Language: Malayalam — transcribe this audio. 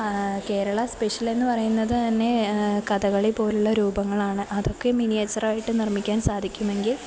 കേരള സ്പെഷ്യല് എന്നുപറയുന്നത് തന്നെ കഥകളി പോലെയുള്ള രൂപങ്ങളാണ് അതൊക്കെ മിനിയേച്ചറായിട്ട് നിർമ്മിക്കാൻ സാധിക്കുമെങ്കിൽ